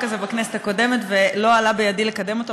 כזה בכנסת הקודמת ולא עלה בידי לקדם אותו,